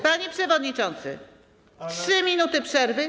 Panie przewodniczący, 3 minuty przerwy.